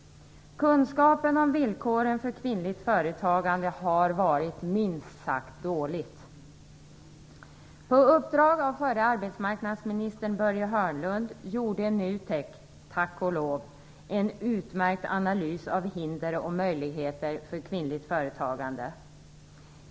Kunskapen om villkoren för kvinnligt företagande har varit minst sagt dålig. Börje Hörnlund gjorde NUTEK, tack och lov, en utmärkt analys av hinder och möjligheter för kvinnligt företagande.